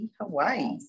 Hawaii